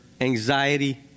anxiety